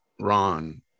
Ron